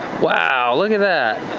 wow, look at that.